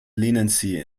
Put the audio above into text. leniency